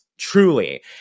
Truly